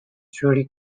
trudy